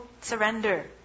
surrender